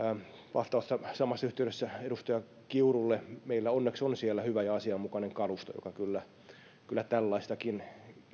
vastaus samassa yhteydessä edustaja kiurulle meillä onneksi on siellä hyvä ja asianmukainen kalusto joka kyllä kyllä tällaistakin